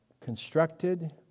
constructed